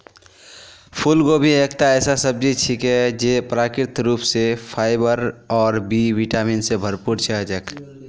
फूलगोभी एकता ऐसा सब्जी छिके जे प्राकृतिक रूप स फाइबर और बी विटामिन स भरपूर ह छेक